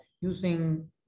using